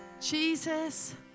Jesus